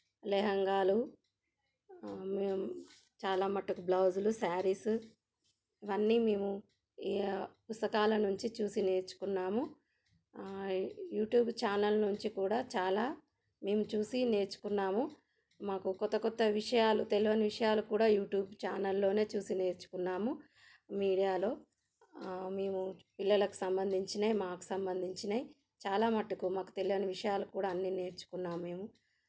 లెహంగాలు మేం చాలా మటుకు బ్లౌజులు సారీస్ ఇవన్నీ మేము ఈ పుస్తకాల నుంచి చూసి నేర్చుకున్నాము యూట్యూబ్ ఛానల్ నుంచి కూడా చాలా మేము చూసి నేర్చుకున్నాము మాకు కొత్త కొత్త విషయాలు తెలవని విషయాలు కూడా యూట్యూబ్ ఛానల్లోనే చూసి నేర్చుకున్నాము మీడియాలో మేము పిల్లలకు సంబంధించినయి మాకు సంబంధించినయి చాలా మట్టుకు మాకు తెలియని విషయాలు కూడా అన్ని నేర్చుకున్నాం మేము